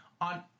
on